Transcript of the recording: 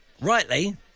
rightly